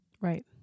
Right